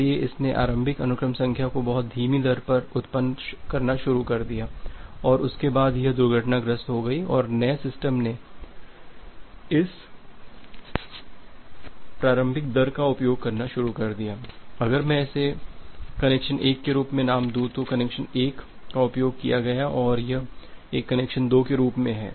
इसलिए इसने आरंभिक अनुक्रम संख्या को बहुत धीमी दर पर उत्पन्न करना शुरू कर दिया और उसके बाद यह दुर्घटनाग्रस्त हो गई और नए सिस्टम ने इस प्रारंभिक दर का उपयोग करना शुरू कर दिया अगर मैं इसे कनेक्शन 1 के रूप में नाम दूं तो कनेक्शन 1 का उपयोग किया गया और यह एक कनेक्शन 2 के रूप में है